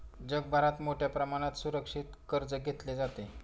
जगभरात मोठ्या प्रमाणात सुरक्षित कर्ज घेतले जाते